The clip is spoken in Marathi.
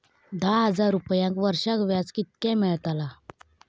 दहा हजार रुपयांक वर्षाक व्याज कितक्या मेलताला?